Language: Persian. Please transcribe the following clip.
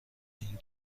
این